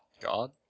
God